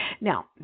now